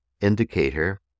indicator